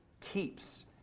keeps